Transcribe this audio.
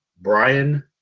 Brian